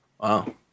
Wow